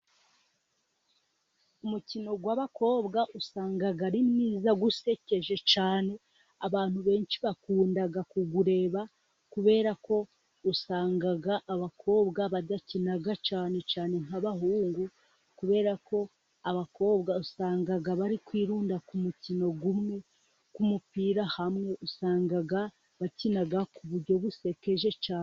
Umukino w'abakobwa usanga ari mwiza usekeje cyane, abantu benshi bakunda kuwureba, kubera ko usanga abakobwa badakina cyane cyane nk'abahungu, kubera ko abakobwa usanga bari kwirunda ku mukino umwe, ku mupira hamwe usanga bakina ku buryo busekeje cyane.